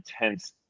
intense